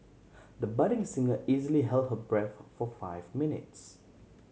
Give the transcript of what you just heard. the budding singer easily held her breath for for five minutes